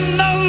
no